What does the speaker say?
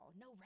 No